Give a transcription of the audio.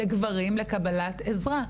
לגברים לקבלת עזרה.